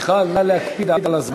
מיכל, נא להקפיד על הזמן.